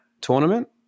tournament